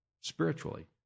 spiritually